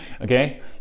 Okay